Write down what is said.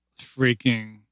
freaking